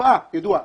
תופעה ידועה.